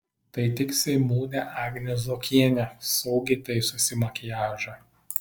tai tik seimūnė agnė zuokienė saugiai taisosi makiažą